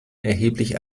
erheblich